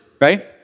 right